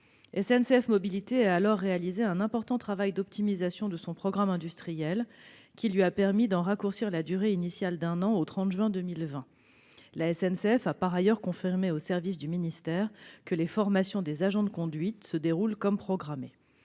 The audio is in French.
SNCF Mobilités a alors réalisé un important travail d'optimisation de son programme industriel, qui lui a permis d'en raccourcir la durée initiale d'un an, au 30 juin 2020. La SNCF a, par ailleurs, confirmé aux services du ministère que les formations des agents de conduite se déroulent comme prévu.